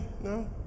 No